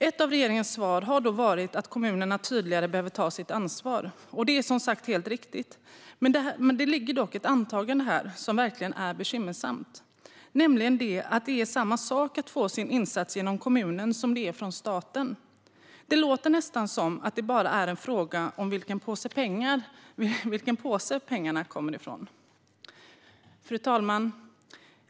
Ett av regeringens svar har varit att kommunerna tydligare behöver ta sitt ansvar. Det är helt riktigt. Det ligger dock ett antagande här som verkligen är bekymmersamt, nämligen att det är samma sak att få sin insats genom kommunen som det är från staten. Det låter nästan som att det bara är en fråga om vilken påse pengarna kommer från. Fru talman!